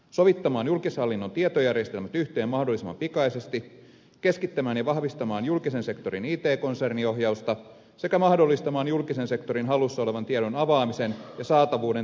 sovittamaan julkishallinnon tietojärjestelmät yhteen mahdollisimman pikaisesti keskittämään ja vahvistamaan julkisen sektorin it konserniohjausta sekä mahdollistamaan julkisen sektorin hallussa olevan tiedon avaamisen ja saatavuuden tietosuojaa vaarantamatta